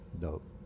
Dope